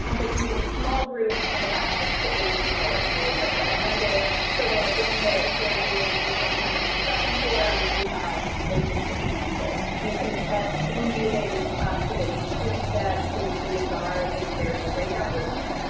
um but using small groups of about six to eight people is really what's recommended so that in the, if they're doing discussions in the discussion forum, you have those six to eight people. you can set zoom meetings so that you preset who the students are in various breakout rooms.